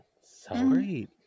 Sorry